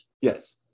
Yes